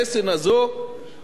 פעם אחרי פעם,